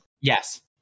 yes